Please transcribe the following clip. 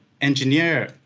engineer